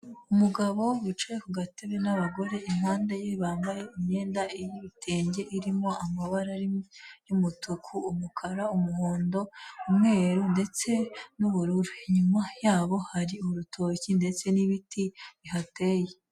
Umugabo wicaye ku gatebe n'abagore impande ye bambaye imyenda y'ibitenge irimo amabara y'umutuku, umukara, umuhondo, umweru ndetse n'ubururu. Inyuma yabo hari urutoki ndetse n'ibiti bihateye.